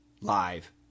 live